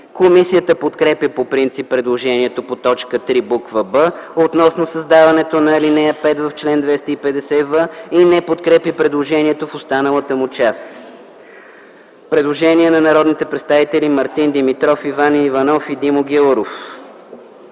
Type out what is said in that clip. Комисията подкрепя по принцип предложението по т. 3, буква „б” относно създаването на ал. 5 в чл. 250в и не подкрепя предложението в останалата му част. Предложение на народните представители Мартин Димитров, Иван Иванов и Димо Гяуров: